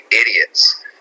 idiots